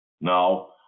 Now